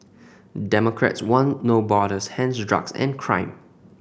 democrats want No Borders hence drugs and crime